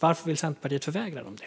Varför vill Centerpartiet förvägra dem det?